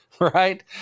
right